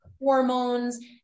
hormones